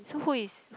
so who is